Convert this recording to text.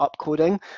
upcoding